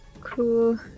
Cool